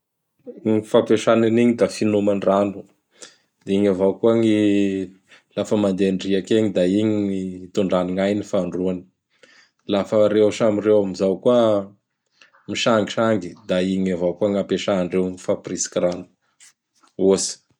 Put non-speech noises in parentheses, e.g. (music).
(noise) Gn fampiasany anigny da finomandrano. (noise) Igny avao koa gny, lafa mandeha andriaky egny da igny ny itondrany gnainy fandroany. (noise) Lafa ireo samy ireo amin'izao koa misangisangy da igny avao ny ampiasandreo mifapiritsiky rano ohatsy.